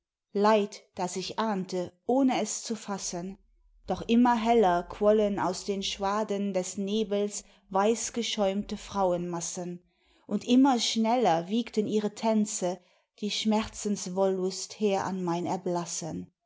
leid das ich ahnte ohne es zu fassen doch immer heller quollen aus den schwaden des nebels weißgeschäumte frauenmassen und immer schneller wiegten ihre tänze die schmerzenswollust her an mein erblassen